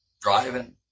driving